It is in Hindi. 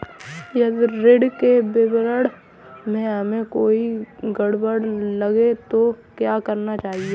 यदि ऋण के विवरण में हमें कोई गड़बड़ लगे तो क्या करना चाहिए?